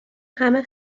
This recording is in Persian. همه